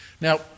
Now